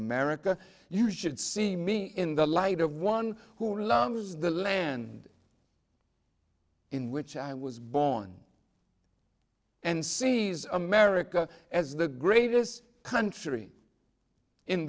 america you should see me in the light of one who loves the land in which i was born and sees america as the greatest country in